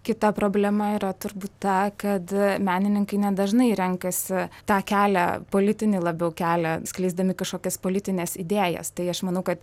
kita problema yra turbūt ta kad menininkai dažnai renkasi tą kelią politinį labiau kelią skleisdami kažkokias politines idėjas tai aš manau kad